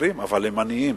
אבל הם עניים.